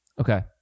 Okay